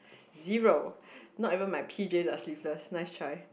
zero not even my p_js are sleeveless nice try